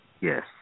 Yes